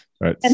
Right